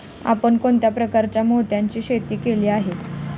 आपण कोणत्या प्रकारच्या मोत्यांची शेती केली आहे?